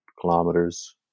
kilometers